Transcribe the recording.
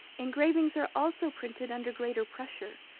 engravings are also printed under greater pressure,